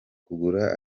kugura